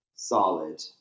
solid